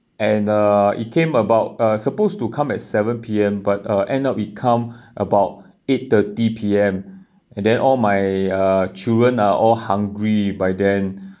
and uh it came about uh supposed to come at seven P_M but uh end up it come about eight thirty P_M and then all my uh children are all hungry by then